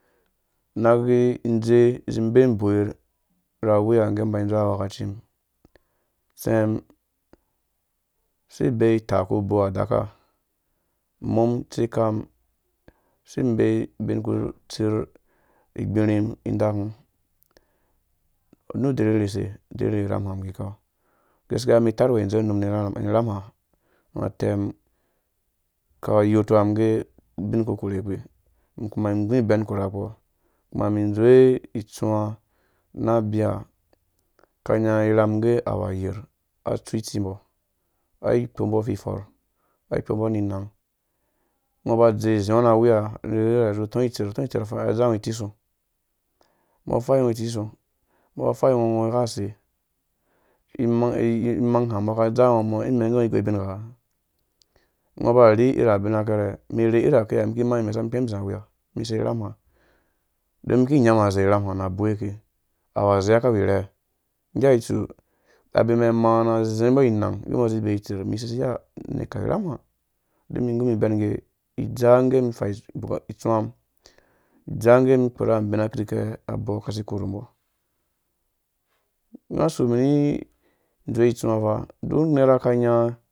Inaki idze izi ibee mum uboi ya awiya ngge mba idzowe awakaci mum, utsa mum asi ibee utaa uku ubow adaka, umum itsikam isi ibee ubin uku utsir ighirha mum idaku nu uderherhi use? Nu uderhirhi irham umu iki kau ugaskiya umum itarwe idzowe umum ni irham ha nga utem aka yotuwa mum age ubin uku kuhorhe ukpi ikuma igu ibɛn ikurhakpɔ imani idzowe itsuwa na abia aka nyai irham age awu ayer atsu itsimbɔ ai kpɔmbɔ ififɔrh aikpombɔ ininang ungo uba udze uziɔ na awiya irhirhe nu utɔ itser, ungɔ utɔ itser ufɛɛ azango itikisong? Umbo afai itikisong? Umbɔ aba afai ngo, ungo ugha use? Imang ha umbo aka idzango umɔ irhegge igoi ubingha? Ungo uba urhi iri abina kɛrɛ mum irhi iri abina kiya ikima imesa umum ikpɛm izi awiye mum isei irham ha don iki inyamum azei irham ha nu abewe ake awu azea ake awu irhɛɛ, nggea itsu abimɛn amaa na zimbɔ inang age umbo azi ibee itser umum isei iya ini ikau irham ha ngge umum igumum ibɛn ngge idzaa ngge umum ifai itsuwa amum idzaa ngge mum ikurha abin kirake abɔ asi ikurhu mbɔ nga atsu umum ini idzowe itsuwa